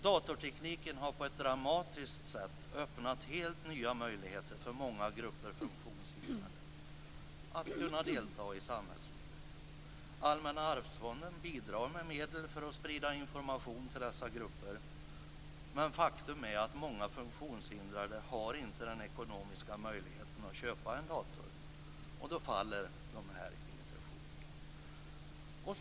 Datortekniken har på ett dramatiskt sätt öppnat helt nya möjligheter för många grupper funktionshindrade att delta i samhällslivet. Allmänna arvsfonden bidrar med medel för att sprida information till dessa grupper, men faktum är att många funktionshindrade inte har den ekonomiska möjligheten att köpa en dator, och då faller dessa intentioner.